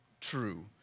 true